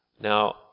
Now